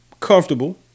Comfortable